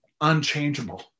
unchangeable